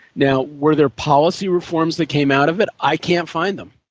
now, were there policy reforms that came out of it? i can't find them.